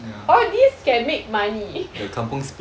all these can make money